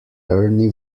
ernie